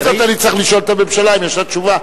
בכל זאת אני צריך לשאול את הממשלה אם יש לה תשובה.